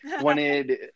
wanted